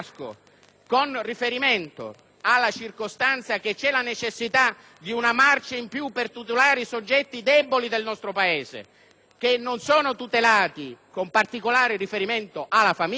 con riferimento alla necessità di individuare una marcia in più per tutelare i soggetti deboli del nostro Paese, che non sono tutelati (con particolare riferimento alla famiglia)